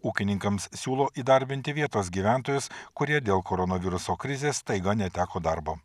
ūkininkams siūlo įdarbinti vietos gyventojus kurie dėl koronaviruso krizės staiga neteko darbo